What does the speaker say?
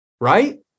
right